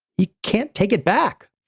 he can't take it back.